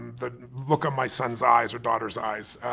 the look on my son's eyes or daughter's eyes,